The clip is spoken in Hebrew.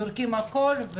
זורקים הכול.